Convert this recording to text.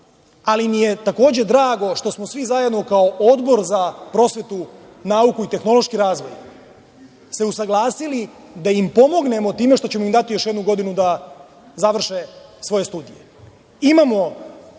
ali mi je takođe drago što smo svi zajedno kao Odbor za prosvetu, nauku i tehnološki razvoj se usaglasili da im pomognemo time što ćemo im dati još jednu godinu da završe svoje studije. Imamo